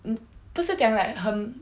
mm 不是讲 like 很